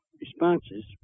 responses